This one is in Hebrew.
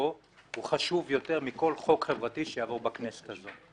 חשוב יותר מכל חוק חברתי שיעבור בכנסת הזאת.